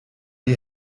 die